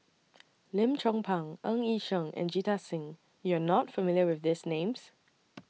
Lim Chong Pang Ng Yi Sheng and Jita Singh YOU Are not familiar with These Names